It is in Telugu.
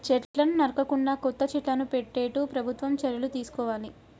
చెట్లను నరకకుండా కొత్త చెట్లను పెట్టేట్టు ప్రభుత్వం చర్యలు తీసుకోవాలి